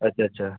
अच्छा च्छा